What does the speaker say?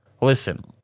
listen